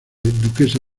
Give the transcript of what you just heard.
duquesa